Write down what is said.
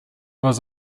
was